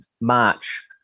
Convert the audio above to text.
March